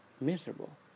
miserable